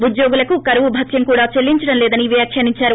ఉద్యోగులకు కరువు భత్యం కూడా చెల్లించడంలేదని వ్యాఖ్యానించారు